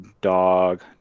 dog